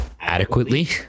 adequately